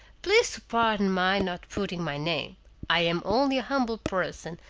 please to pardon my not putting my name i am only a humble person,